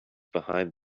behind